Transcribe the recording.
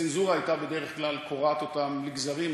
הצנזורה הייתה בדרך כלל קורעת אותם לגזרים.